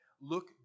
look